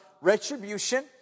retribution